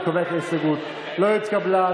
אני קובע כי ההסתייגות לא התקבלה.